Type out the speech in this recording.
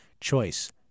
Choice